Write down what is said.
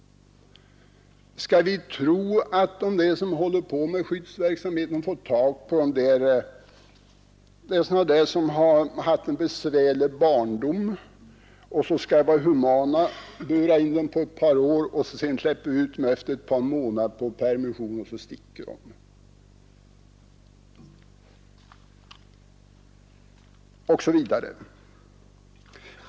Skall vi tro att de som håller på med ”skyddsverksamheten” är sådana som haft en besvärlig barndom, att vi skall vara humana och bura in dem på ett par år, varefter vi släpper ut dem på permission efter ett par månader, varpå de ”sticker”?